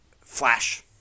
Flash